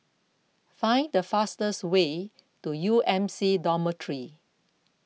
find the fastest way to U M C Dormitory